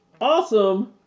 awesome